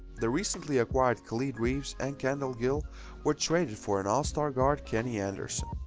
the recently acquired khalid reeves and kendall gill were traded for an all-star guard kenny anderson.